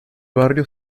barrio